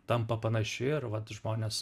tampa panaši ir vat žmones